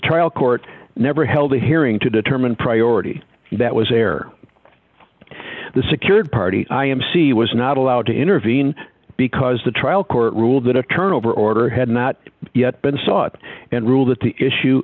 trial court never held a hearing to determine priority that was air the secured party i m c was not allowed to intervene because the trial court ruled that a turnover order had not yet been sought and ruled that the issue